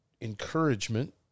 encouragement